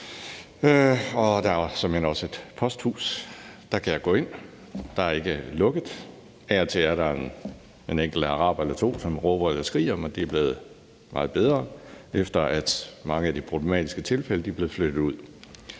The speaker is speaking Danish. såmænd også et posthus. Der kan jeg gå ind, der er ikke lukket. Af og til er der en enkelt araber eller to, som råber eller skriger, men det er blevet meget bedre, efter at mange af de problematiske tilfælde er blevet flyttet ud.